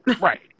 Right